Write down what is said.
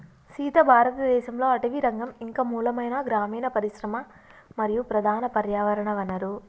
సీత భారతదేసంలో అటవీరంగం ఇంక మూలమైన గ్రామీన పరిశ్రమ మరియు ప్రధాన పర్యావరణ వనరు